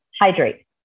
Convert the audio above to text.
hydrate